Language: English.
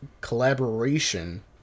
collaboration